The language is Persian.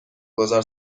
گذار